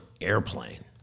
airplane